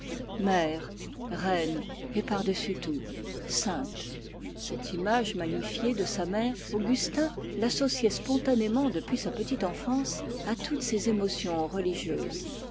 mère reine et par-dessus tout sainte cette image magnifiée de sa mère augustin l'associait spontanément depuis sa petite enfance à toutes ses émotions religieuses